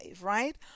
right